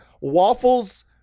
Waffles